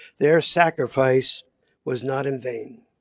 their sacrifice was not in vain.